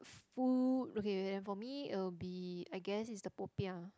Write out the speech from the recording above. food okay then for me it'll be I guess it's the popiah